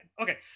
Okay